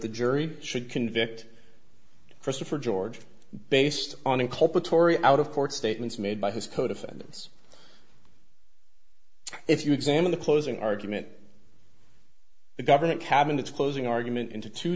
the jury should convict christopher george based on in copa torrey out of court statements made by his co defendants if you examine the closing argument the government cabinets closing argument into two